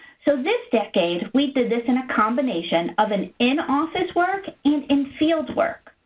so this decade, we've positioned a combination of an in-office work and in-field work.